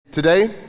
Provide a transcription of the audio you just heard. Today